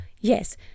yes